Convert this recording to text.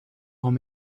grand